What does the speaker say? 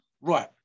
right